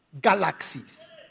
galaxies